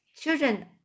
Children